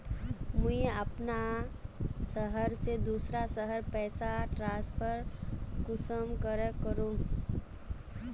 मुई अपना शहर से दूसरा शहर पैसा ट्रांसफर कुंसम करे करूम?